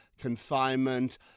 confinement